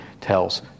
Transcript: tells